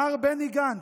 מר בני גנץ,